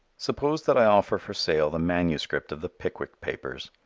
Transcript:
suppose that i offer for sale the manuscript of the pickwick papers,